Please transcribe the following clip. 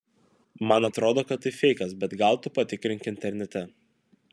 man atrodo kad tai feikas bet gal tu patikrink internete